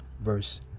verse